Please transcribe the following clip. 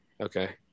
Okay